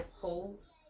holes